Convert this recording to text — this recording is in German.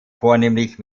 vornehmlich